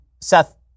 seth